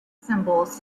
symbols